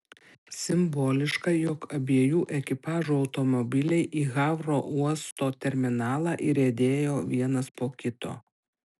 simboliška jog abiejų ekipažų automobiliai į havro uosto terminalą įriedėjo vienas po kito